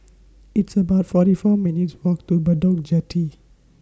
It's about forty four minutes' Walk to Bedok Jetty